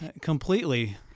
Completely